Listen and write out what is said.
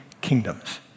kingdoms